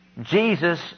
Jesus